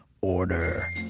order